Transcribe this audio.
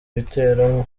bitero